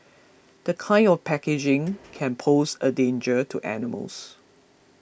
the kind of packaging can pose a danger to animals